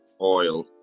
Oil